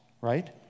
right